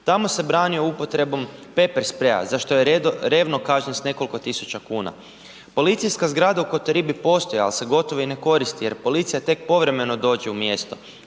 Tamo se branio upotrebom pepper spreja za što je revno kažnjen s nekoliko tisuća kuna. Policijska zgrada u Kotoribi postoji, ali se gotovo i ne koristi jer policija povremeno dođe u mjesto.